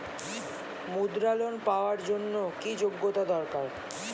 মুদ্রা লোন পাওয়ার জন্য কি যোগ্যতা দরকার?